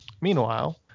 Meanwhile